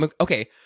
okay